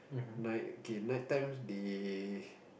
night K night times they